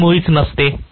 हे मुळीच नसते